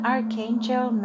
Archangel